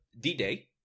D-Day